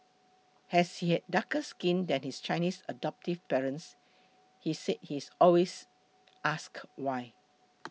as he has darker skin than his Chinese adoptive parents he said he is always ask why